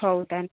ହଉ ତା'ହେଲେ